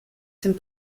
den